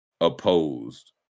opposed